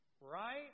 right